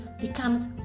becomes